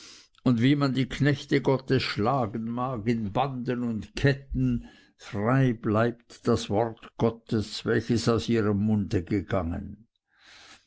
und wie man die knechte gottes schlagen mag in banden und ketten frei bleibt das wort gottes welches aus ihrem munde gegangen